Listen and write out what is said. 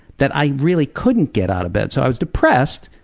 that i really couldn't get out of bed. so i was depressed,